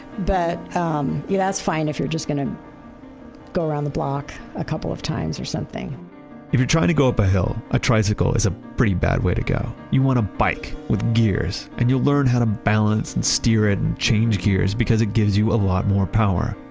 but um that's fine if you're just going to go around the block a couple of times or something if you're trying to go up a hill, a tricycle is a pretty bad way to go. you want a bike with gears and you'll learn how to balance and steer it and change gears because it gives you a lot more power.